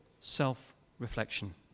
self-reflection